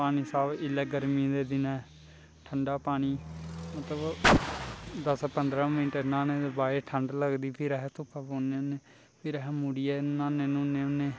पानी साफ इसलै गर्मी दे दिन ऐ ठंडा पानी मतलब दस पंद्रहां मिनट न्हाने दे बाद ठंड लगदी फिर आहें धूपा बौह्ने होन्ने फिर अस मुड़ियै न्हाने न्हूने होन्ने